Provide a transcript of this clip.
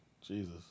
Jesus